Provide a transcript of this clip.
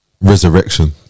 resurrection